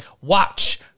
watch